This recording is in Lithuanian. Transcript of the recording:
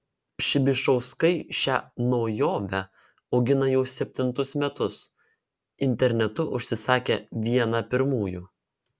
pšibišauskai šią naujovę augina jau septintus metus internetu užsisakė vieną pirmųjų